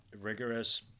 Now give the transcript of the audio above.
rigorous